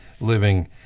living